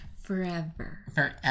forever